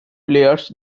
players